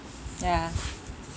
ya